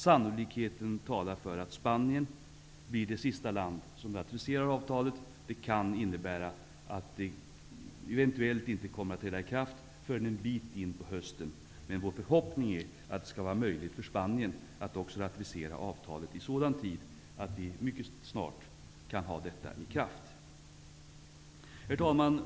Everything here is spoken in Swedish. Sannolikheten talar för att Spanien blir det sista land som ratificerar avtalet. Det kan innebära att det eventuellt inte kommer att träda i kraft förrän en bit in på hösten. Men vår förhoppning är att det skall vara möjligt för Spanien att också ratificera avtalet i sådan tid att det mycket snart kan träda i kraft. Herr talman!